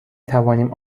توانیم